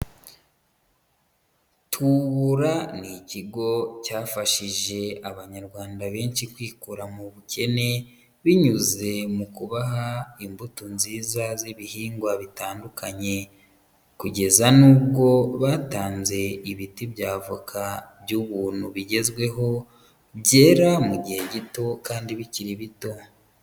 Tubura ni Ikigo cyafashije Abanyarwanda benshi kwikura mu bukene binyuze mu kubaha imbuto nziza z'ibihingwa bitandukanye kugeza nubwo batanze ibiti by'avoka by'ubuntu bigezweho byera mu gihe gito kandi bikiri bito.